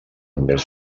admès